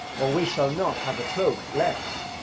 or we shall not have a cloak left.